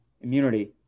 Immunity